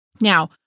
Now